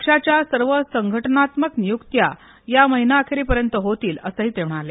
पक्षाच्या सर्व संघटनात्मक नियुक्त्या या महिना अखेरी पर्यंत होतील अस ते म्हणाले